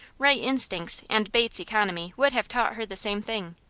right instincts and bates economy would have taught her the same thing,